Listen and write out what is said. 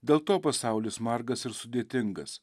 dėl to pasaulis margas ir sudėtingas